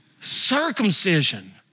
Circumcision